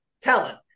talent